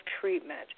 treatment